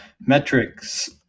Metrics